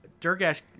Durgash